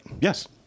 Yes